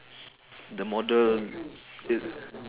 the model